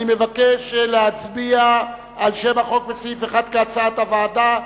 אני מבקש להצביע על שם החוק וסעיף 1 כהצעת הוועדה.